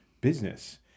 business